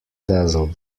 dazzle